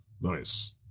Nice